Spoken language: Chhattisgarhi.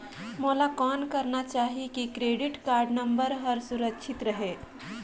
मोला कौन करना चाही की क्रेडिट कारड नम्बर हर सुरक्षित रहे?